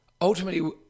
ultimately